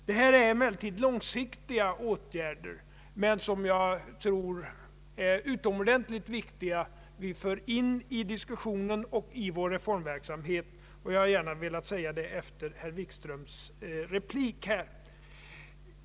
Detta gäller långsiktiga åtgärder, som jag emellertid tror det är utomordentligt viktigt att föra in i diskussionen och i reformverksamheten. Jag har gärna velat säga det efter herr Wikströms replik här.